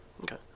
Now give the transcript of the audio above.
Okay